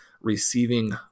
receiving